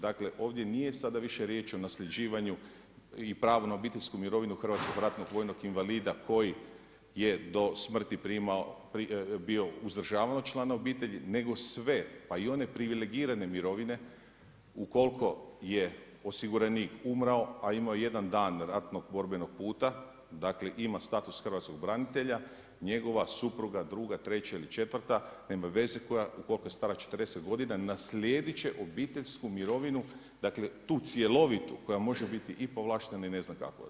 Dakle ovdje sada više nije riječ o nasljeđivanju i pravo na obiteljsku mirovinu hrvatskog ratnog vojnog invalida koji je do smrti bio uzdržavan od člana obitelji nego sve pa i one privilegirane mirovine ukoliko je osiguran umro, a imao je jedan dan ratnog borbenog puta, dakle ima status hrvatskog branitelja, njegova supruga druga, treća ili četvrta nema veze koja, ukoliko je stara 40 godina naslijedit će obiteljsku mirovinu dakle tu cjelovitu koja može biti i povlaštena i ne znam kakva.